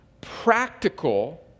practical